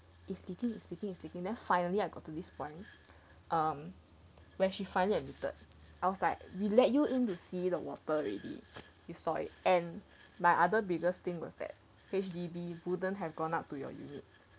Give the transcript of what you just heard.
if they keep speaking then speaking finally I got to this point where um she finally admitted I was like we let you in to see the water already you saw it and my other biggest thing was that H_D_B wouldn't have gone up to your unit